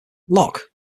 lock